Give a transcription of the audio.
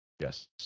Yes